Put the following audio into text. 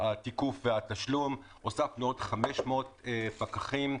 התיקוף והתשלום, הוספנו עוד 500 פקחים.